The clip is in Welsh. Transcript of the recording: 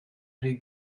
rhy